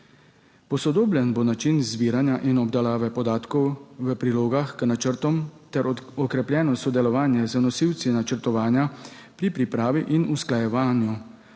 Posodobljen bo način zbiranja in obdelave podatkov v prilogah k načrtom ter okrepljeno sodelovanje z nosilci načrtovanja pri pripravi in usklajevanju